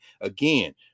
Again